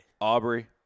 Aubrey